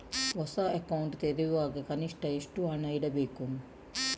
ಹೊಸ ಅಕೌಂಟ್ ತೆರೆಯುವಾಗ ಕನಿಷ್ಠ ಎಷ್ಟು ಹಣ ಇಡಬೇಕು?